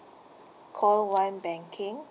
call one banking